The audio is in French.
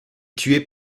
tué